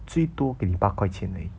最多给你八块钱而已